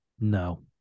no